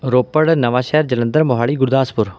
Ropar Nawanshahr Jalandhar Mohali Gurdaspur